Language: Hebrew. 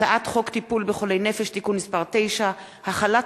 הצעת חוק טיפול בחולי נפש (תיקון מס' 9) (החלת